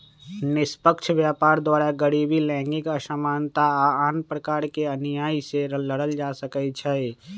निष्पक्ष व्यापार द्वारा गरीबी, लैंगिक असमानता आऽ आन प्रकार के अनिआइ से लड़ल जा सकइ छै